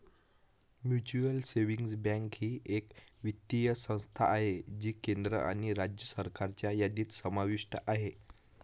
mutual savings bank ही एक वित्तीय संस्था आहे जी केंद्र आणि राज्य सरकारच्या यादीत समाविष्ट आहे